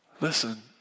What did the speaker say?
Listen